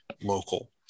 local